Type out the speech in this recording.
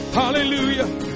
hallelujah